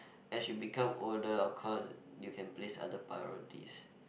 as you become older of course you can place other priorities